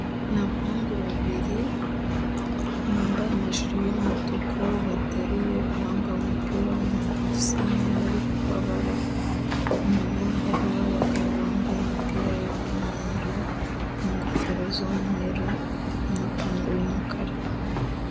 Ni abahungu babiri bambaye amajiri y'umutuku bateruye uwambaye umupira w'umuhondo usa nkaho ari kubabara, inyuma yaho hari abagabo bambaye imipira y'umweru, n'ingofero z'umweru, n'amapantaro y'umukara.